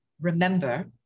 remember